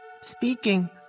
Speaking